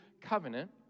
covenant